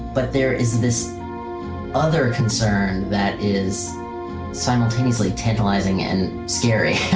but there is this other concern that is simultaneously tantalizing and scary yeah